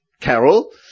Carol